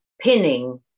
pinning